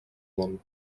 món